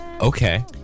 Okay